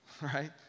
right